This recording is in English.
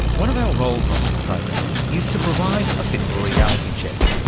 one of our roles on this program is to provide a bit of a reality check.